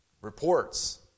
reports